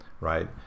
right